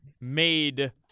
made